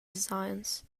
designs